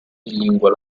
lingua